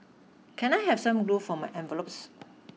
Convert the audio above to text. can I have some glue for my envelopes